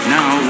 now